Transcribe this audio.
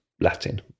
Latin